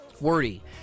Wordy